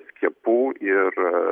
skiepų ir